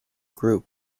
group